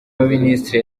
y’abaminisitiri